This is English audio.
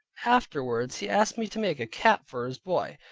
afterwards he asked me to make a cap for his boy,